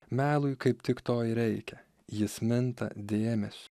melui kaip tik to ir reikia jis minta dėmesiu